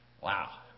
Wow